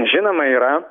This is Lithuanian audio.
žinoma yra